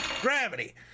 gravity